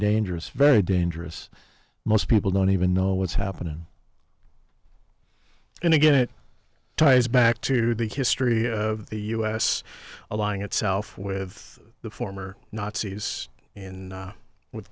dangerous very dangerous most people don't even know what's happening and again it ties back to the history of the us allying itself with the former nazis and with